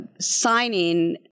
signing